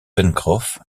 pencroff